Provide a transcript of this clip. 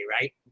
Right